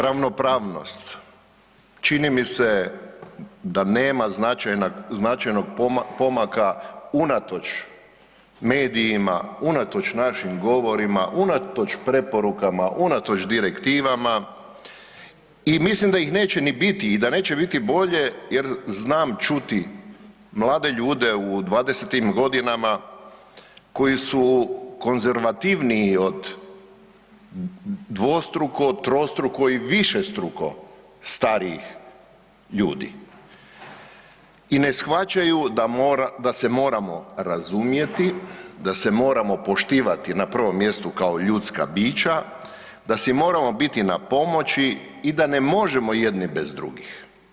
Ravnopravnost čini mi se da nema značajnog pomaka unatoč medijima, unatoč našim govorima, unatoč preporukama, unatoč direktivama i mislim da ih neće ni biti …… i da neće biti bolje jer znam čuti mlade ljude u dvadesetim godinama koji su konzervativniji od dvostruko, trostruko i višestruko starijih ljudi i ne shvaćaju da se moramo razumjeti, da se moramo poštivati na prvom mjestu kao ljudska bića, da si moramo biti na pomoći i da ne možemo jedni bez drugih.